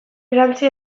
erantsi